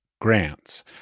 Grants